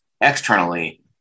externally